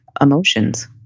emotions